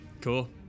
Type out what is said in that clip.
Cool